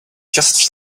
just